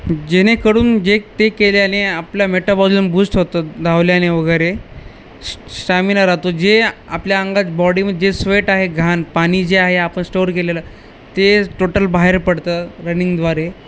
जेणेकरून जे ते केल्याने आपल्या मेटाबॉलिजन बूस्ट होतं धावल्याने वगैरे से स्टॅमिना राहतो जे आपल्या अंगात बॉडीमध्ये जे स्वेट आहे घाण पाणी जे आहे आपण स्टोअर केलेलं ते टोटल बाहेर पडतं रनिंगद्वारे